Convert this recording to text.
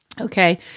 okay